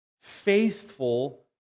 faithful